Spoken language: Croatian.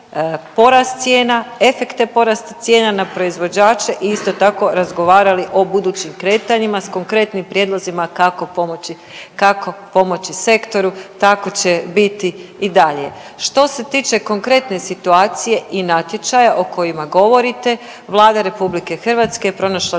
porast cijena, efekte porasta cijena na proizvođače i isto tako razgovarali o budućim kretanjima s konkretnim prijedlozima kako pomoći, kako pomoći sektoru. Tako će biti i dalje. Što se tiče konkretne situacije i natječaja o kojima govorite Vlada RH je pronašla